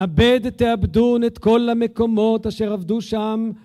אבד תיאבדון את כל המקומות אשר עבדו שם